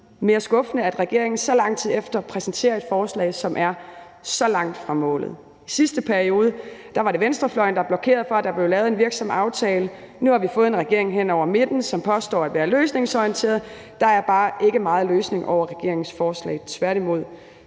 mere skuffende, at regeringen så lang tid efter præsenterer et forslag, som er så langt fra målet. I sidste periode var det venstrefløjen, der blokerede for, at der blev lavet en virksom aftale. Nu har vi fået en regering hen over midten, som påstår at være løsningsorienteret. Der er bare ikke meget løsning over regeringens forslag – tværtimod